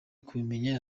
kubimenya